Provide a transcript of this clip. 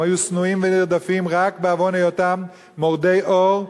הם היו שנואים ונרדפים רק בעוון היותם "מורדי אור",